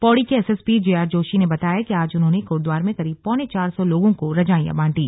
पौड़ी के SSP J R Joshi ने बताया कि आज उन्होंने कोटद्वार में करीब पौने चार सौ लोगों को रजाइयां बांटी